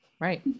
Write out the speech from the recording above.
right